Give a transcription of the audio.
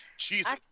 Jesus